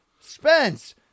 Spence